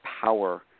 power